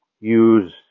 use